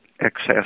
excess